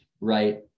right